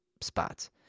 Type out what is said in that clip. spots